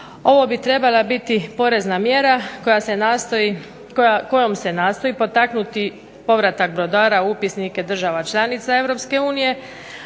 Ovo bi trebala biti porezna mjera kojom se nastoji potaknuti povratak brodara u upisnike država članica